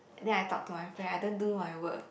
then I talk to my friend I don't do my work